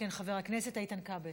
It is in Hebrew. ולאחר מכן, חבר הכנסת איתן כבל.